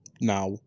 now